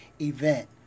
event